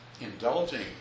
indulging